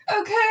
Okay